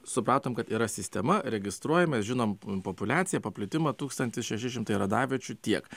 supratom kad yra sistema registruoja mes žinom populiaciją paplitimą tūkstantis šeši šimtai radaviečių tiek